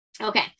Okay